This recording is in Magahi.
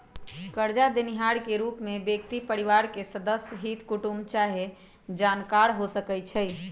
करजा देनिहार के रूप में व्यक्ति परिवार के सदस्य, हित कुटूम चाहे जानकार हो सकइ छइ